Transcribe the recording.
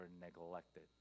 neglected